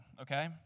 Okay